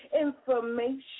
information